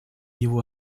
его